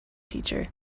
teacher